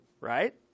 Right